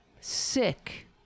Sick